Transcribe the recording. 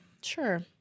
Sure